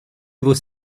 vos